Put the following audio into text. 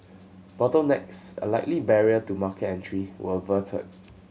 bottlenecks a likely barrier to market entry were averted